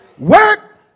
Work